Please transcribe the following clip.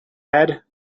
head